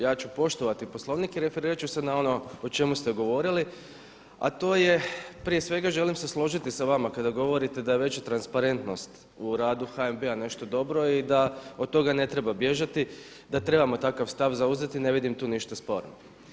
Ja ću poštovati Poslovnik i referirat ću se na ono o čemu ste govorili, a to je prije svega želim se složiti sa vama kada govorite da je veća transparentnost u radu HNB-a nešto dobro i da od toga ne treba bježati, da trebamo takav stav zauzeti i ne vidim tu ništa sporno.